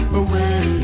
away